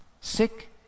sick